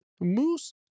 moose